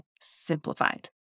simplified